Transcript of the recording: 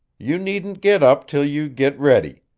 you needn't git up till you git ready.